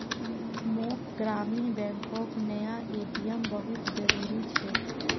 मोक ग्रामीण बैंकोक नया ए.टी.एम बहुत जरूरी छे